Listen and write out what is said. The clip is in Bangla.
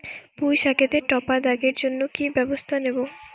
পুই শাকেতে টপা দাগের জন্য কি ব্যবস্থা নেব?